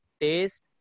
taste